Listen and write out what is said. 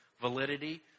validity